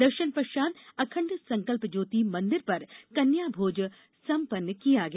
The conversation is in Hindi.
दर्शन पश्चात अखण्ड संकल्प ज्योति मन्दिर पर कन्या भोज सम्पन्न किया गया